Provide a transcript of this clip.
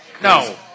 No